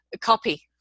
copy